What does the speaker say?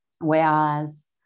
Whereas